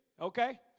Okay